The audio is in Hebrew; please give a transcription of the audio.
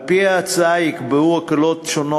על-פי ההצעה ייקבעו הקלות שונות,